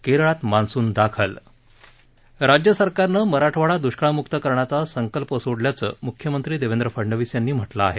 केरळात मान्सून दाखल राज्यसरकारनं मराठवाडा दुष्काळमुक्त करण्याचा संकल्प सोडल्याचं म्ख्यमंत्री देवेंद्र फडणवीस यांनी म्हटलं आहे